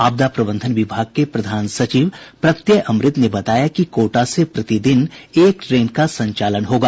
आपदा प्रबंधन विभाग के प्रधान सचिव प्रत्यय अमृत ने बताया कि कोटा से प्रतिदिन एक ट्रेन का संचालन होगा